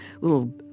little